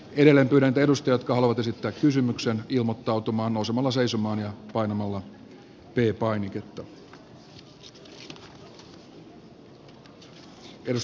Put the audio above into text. edelleen pyydän niitä edustajia jotka haluavat esittää kysymyksen ilmoittautumaan nousemalla seisomaan ja painamalla p painiketta